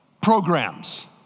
programs